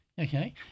Okay